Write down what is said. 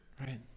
right